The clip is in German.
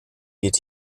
wird